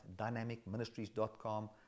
dynamicministries.com